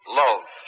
love